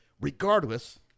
regardless